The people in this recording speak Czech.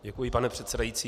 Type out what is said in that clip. Děkuji, pane předsedající.